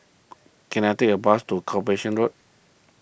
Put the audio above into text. can I take a bus to Corporation Road